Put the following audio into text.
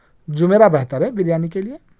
جمیرہ بہتر ہے بریانی کے لئے